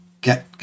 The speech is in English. get